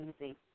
easy